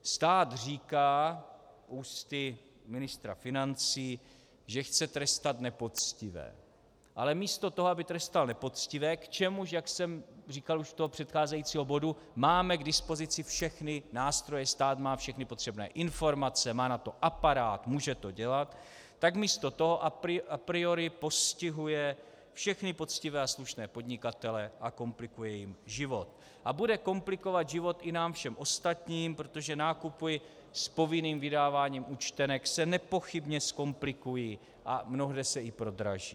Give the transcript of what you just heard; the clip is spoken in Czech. Stát říká ústy ministra financí, že chce trestat nepoctivé, ale místo toho, aby trestal nepoctivé, k čemuž, jak jsem říkal už u předcházejícího bodu, máme k dispozici všechny nástroje, stát má všechny potřebné informace, má na to aparát, můžete to dělat, tak místo toho a priori postihuje všechny poctivé a slušné podnikatele a komplikuje jim život a bude komplikovat život i nám všem ostatním, protože nákupy s povinným vydáváním účtenek se nepochybně zkomplikují a mnohde se i prodraží.